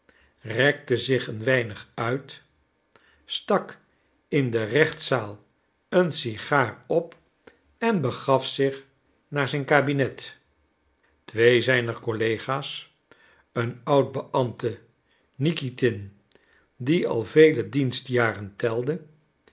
rekte zich een weinig uit stak in de gerechtszaal een sigaar op en begaf zich naar zijn kabinet twee zijner collega's een oud beambte nikitin die al vele dienstjaren telde